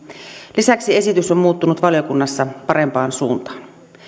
lisäksi esitys on muuttunut valiokunnassa parempaan suuntaan